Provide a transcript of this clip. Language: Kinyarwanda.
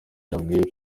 yabwiye